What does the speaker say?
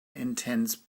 intense